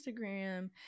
instagram